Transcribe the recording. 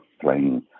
playing